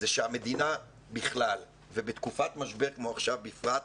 שהמדינה בכלל ובתקופת משבר כמו עכשיו בפרט,